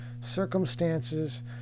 circumstances